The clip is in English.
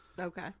Okay